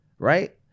right